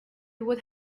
would